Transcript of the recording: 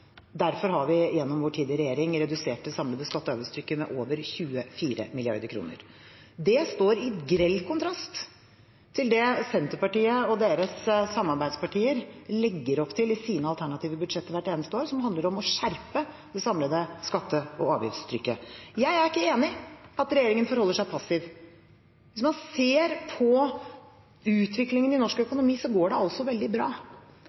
Derfor har vi i vår tid i regjering redusert det samlede skatte- og avgiftstrykket med over 24 mrd. kr. Det står i grell kontrast til det Senterpartiet og deres samarbeidspartier legger opp til i sine alternative budsjetter hvert eneste år, som handler om å skjerpe det samlede skatte- og avgiftstrykket. Jeg er ikke enig i at regjeringen forholder seg passiv. Hvis man ser på utviklingen i norsk økonomi, går det veldig bra.